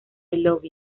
love